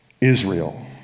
Israel